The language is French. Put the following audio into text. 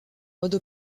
mode